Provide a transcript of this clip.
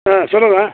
ஆ சொல்லுங்கள்